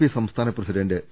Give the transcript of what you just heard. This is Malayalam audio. പി സംസ്ഥാന പ്രസിഡന്റ് പി